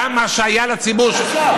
זה קורה עכשיו.